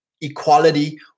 equality